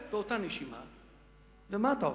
באותה נשימה אתה הולך ומה אתה עושה?